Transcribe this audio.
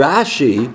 Rashi